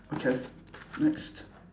okay next